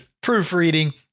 proofreading